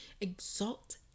exalt